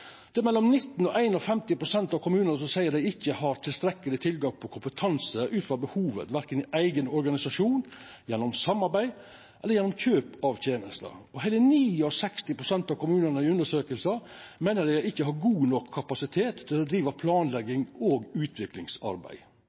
Det er mellom 19 pst. og 51 pst. av kommunane som seier dei ikkje har tilstrekkeleg tilgang på kompetanse ut frå behovet, korkje i eigen organisasjon, gjennom samarbeid eller gjennom kjøp av tenester. Det er heile 69 pst. av kommunane i undersøkinga som meiner dei ikkje har god nok kapasitet til å driva planleggings- og utviklingsarbeid.